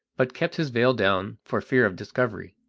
but kept his veil down for fear of discovery.